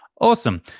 awesome